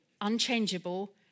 unchangeable